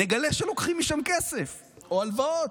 נגלה שלוקחים משם כסף או הלוואות,